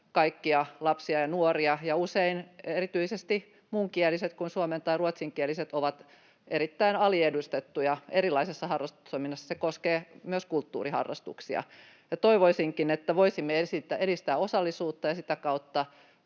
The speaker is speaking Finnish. kaikkia lapsia ja nuoria. Usein erityisesti muunkieliset kuin suomen- tai ruotsinkieliset ovat erittäin aliedustettuja erilaisissa harrastustoiminnoissa — se koskee myös kulttuuriharrastuksia. Toivoisinkin, että voisimme edistää osallisuutta ja sitä kautta